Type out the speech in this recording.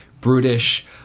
brutish